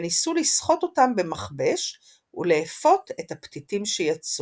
וניסו לסחוט אותם במכבש ולאפות את הפתיתים שיצאו.